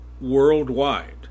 worldwide